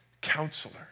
Counselor